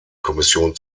kommission